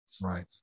right